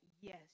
yes